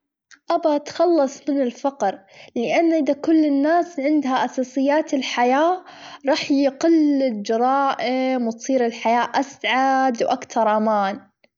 أبغى أتخلص من الفقر لأني إذ كل الناس عندها أساسيات الحياة راح يقل الجرائم، وتصير الحياة أسعد، وأكتر أمان.